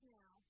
now